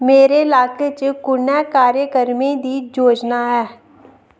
मेरे ल्हाके च कु'नें कार्यक्रमें दी योजना ऐ